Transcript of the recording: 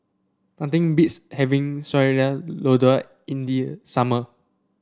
nothing beats having Sayur Lodeh in the summer